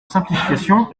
simplification